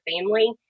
family